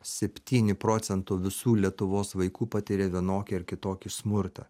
septyni procento visų lietuvos vaikų patiria vienokį ar kitokį smurtą